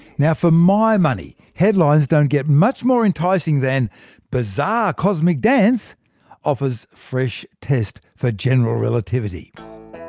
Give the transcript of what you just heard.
now for my money, headlines don't get much more enticing than bizarre cosmic dance offers fresh test for general relativity.